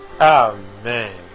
Amen